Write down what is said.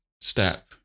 step